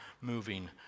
moving